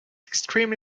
extremely